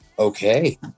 Okay